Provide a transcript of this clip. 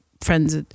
friends